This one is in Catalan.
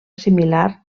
similar